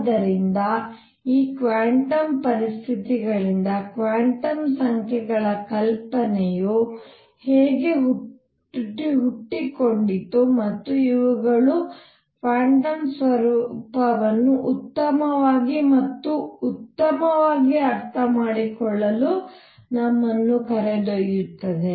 ಆದ್ದರಿಂದ ಈ ಕ್ವಾಂಟಮ್ ಪರಿಸ್ಥಿತಿಗಳಿಂದ ಕ್ವಾಂಟಮ್ ಸಂಖ್ಯೆಗಳ ಕಲ್ಪನೆಯು ಹೇಗೆ ಹುಟ್ಟಿಕೊಂಡಿತು ಮತ್ತು ಇವುಗಳು ಕ್ವಾಂಟಮ್ ಸ್ವರೂಪವನ್ನು ಉತ್ತಮವಾಗಿ ಮತ್ತು ಉತ್ತಮವಾಗಿ ಅರ್ಥಮಾಡಿಕೊಳ್ಳಲು ನಮ್ಮನ್ನು ಕರೆದೊಯ್ಯುತ್ತವೆ